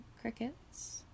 crickets